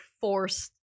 forced